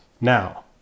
Now